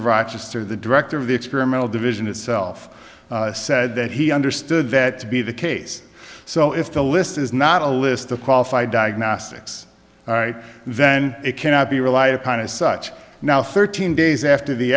of rochester the director of the experimental division itself said that he understood that to be the case so if the list is not a list of qualified diagnostics all right then it cannot be relied upon as such now thirteen days after the